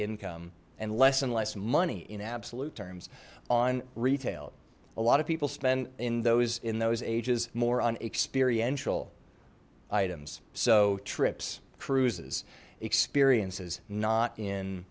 income and less and less money in absolute terms on retail a lot of people spend in those in those ages more on experiential items so trips cruises experiences not in